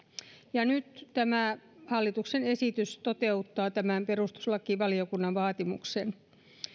ja nyt tämä hallituksen esitys toteuttaa tämän perustuslakivaliokunnan vaatimuksen